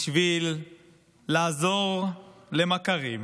בשביל לעזור למכרים,